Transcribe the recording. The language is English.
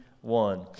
one